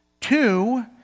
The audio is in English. Two